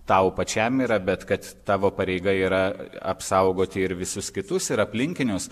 tau pačiam yra bet kad tavo pareiga yra apsaugoti ir visus kitus ir aplinkinius